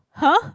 !huh!